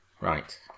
Right